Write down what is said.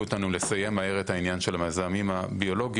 אותנו לסיים מהם את העניין של המזהמים הביולוגיים,